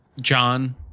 John